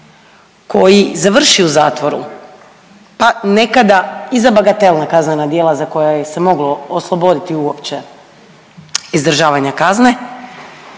koji završi u zatvoru pa nekada i za bagatelna kaznena djela za koja ih se moglo osloboditi uopće izdržavanja kazne,